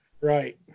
Right